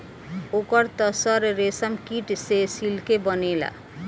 ओकर त सर रेशमकीट से सिल्के बनेला